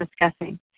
discussing